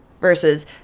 versus